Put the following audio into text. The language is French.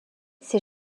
ces